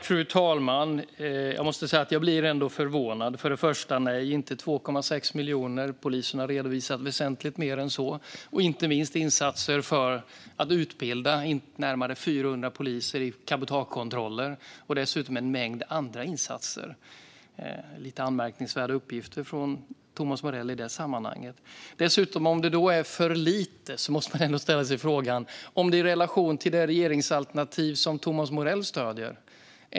Fru talman! Jag måste säga att jag blir förvånad. Nej, det är inte 2,6 miljoner som har redovisats. Polisen har redovisat väsentligt mycket mer än så, inte minst insatser för att utbilda närmare 400 poliser i cabotagekontroller och dessutom en mängd andra insatser. Thomas Morells uppgifter är lite anmärkningsvärda i det sammanhanget. Och om det är för lite nu, hur är det då i relation till det regeringsalternativ som Thomas Morell stöder?